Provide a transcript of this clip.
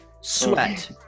sweat